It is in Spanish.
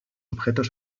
objetos